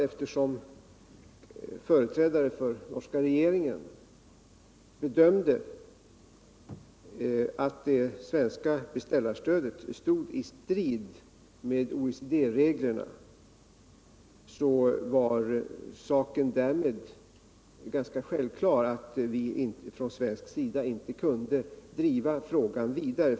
Eftersom företrädare för den norska regeringen bedömde att det svenska beställarstödet stod i strid med OECD-reglerna var det ganska självklart att vi från svensk sida inte kunde driva frågan vidare.